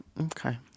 Okay